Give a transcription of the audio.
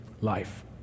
life